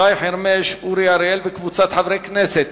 שי חרמש ואורי אריאל וקבוצת חברי כנסת.